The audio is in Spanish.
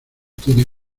tiene